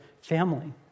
family